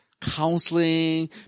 counseling